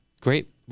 great